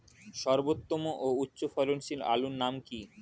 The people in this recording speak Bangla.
সর্বোত্তম ও উচ্চ ফলনশীল আলুর নাম কি?